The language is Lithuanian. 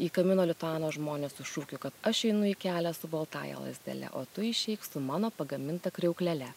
į kamino lituano žmones su šūkiu kad aš einu į kelią su baltąja lazdele o tu išeik su mano pagaminta kriauklele